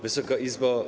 Wysoka Izbo!